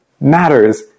matters